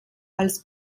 als